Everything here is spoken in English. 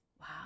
Wow